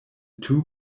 two